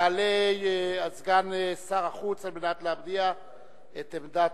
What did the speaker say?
יעלה סגן שר החוץ על מנת להביע את עמדת